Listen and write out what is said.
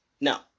Now